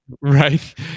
right